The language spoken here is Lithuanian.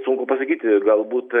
sunku pasakyti galbūt